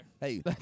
Hey